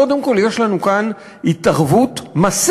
קודם כול יש לנו כאן התערבות מסיבית